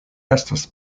estas